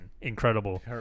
incredible